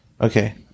Okay